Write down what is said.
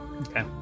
Okay